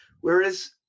Whereas